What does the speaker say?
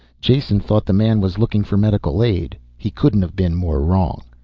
jason thought the man was looking for medical aid. he couldn't have been more wrong.